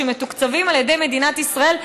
שמתוקצבים על ידי מדינת ישראל,